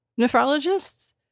nephrologists